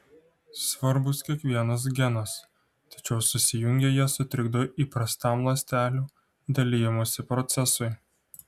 svarbus kiekvienas genas tačiau susijungę jie sutrikdo įprastam ląstelių dalijimosi procesui